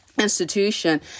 institution